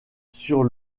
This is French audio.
sur